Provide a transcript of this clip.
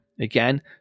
Again